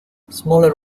smaller